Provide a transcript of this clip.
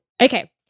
Okay